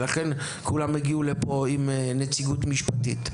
לכן כולם הגיעו לפה עם נציגות משפטית.